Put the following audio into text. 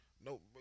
No